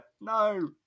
no